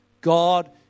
God